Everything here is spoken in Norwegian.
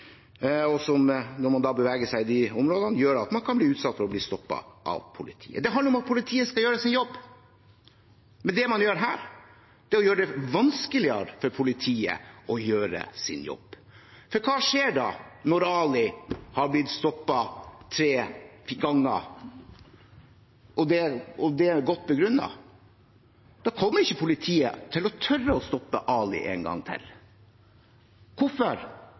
når man beveger seg i de områdene, kan man bli utsatt for å bli stoppet av politiet. Det handler om at politiet skal gjøre sin jobb, men det man gjør her, er å gjøre det vanskeligere for politiet å gjøre sin jobb. For hva skjer når Ali er blitt stoppet tre ganger og det er godt begrunnet? Da kommer ikke politiet til å tørre å stoppe Ali en gang til. Hvorfor?